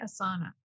Asana